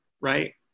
right